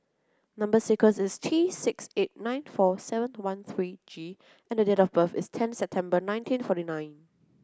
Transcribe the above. number sequence is T six eight nine four seven one three G and date of birth is tenth September nineteen forty nine